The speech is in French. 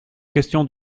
questions